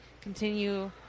continue